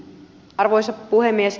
arvoisa puhemies